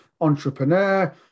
entrepreneur